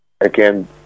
again